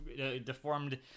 Deformed